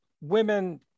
women